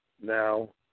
now